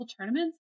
tournaments